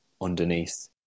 underneath